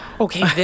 Okay